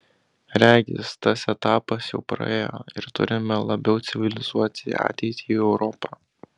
regis tas etapas jau praėjo ir turime labiau civilizuoti ateiti į europą